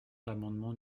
l’amendement